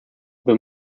that